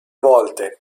volte